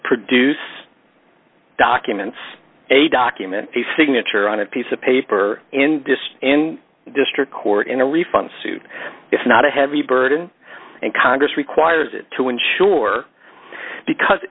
produce documents a document the signature on a piece of paper in dist and district court in a refund suit it's not a heavy burden and congress requires it to ensure because